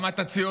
כמה אתה ציוני,